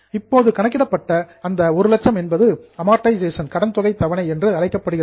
இப்போது கணக்கிடப்பட்ட அந்த ஒரு லட்சம் என்பது அமார்டைசேஷன் கடன் தொகை தவணை என்று அழைக்கப்படுகிறது